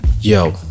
Yo